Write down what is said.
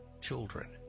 Children